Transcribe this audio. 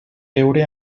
veure